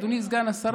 אדוני סגן השרה,